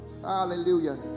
Hallelujah